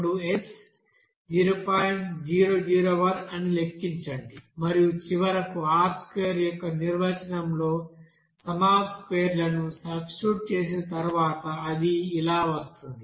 001 అని లెక్కించండి మరియు చివరకు R2 యొక్క నిర్వచనంలో సమ్ అఫ్ స్క్వేర్ లను సబ్స్టిట్యూట్ చేసిన తర్వాత అది SSxy2SSxxSSyy గా వస్తుంది